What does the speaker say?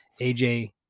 AJ